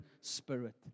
spirit